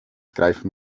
greifen